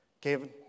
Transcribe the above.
Kevin